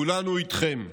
כולנו איתכם.